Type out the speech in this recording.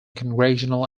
congressional